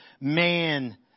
man